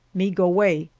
me go way!